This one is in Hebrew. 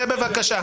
צא בבקשה.